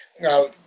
Now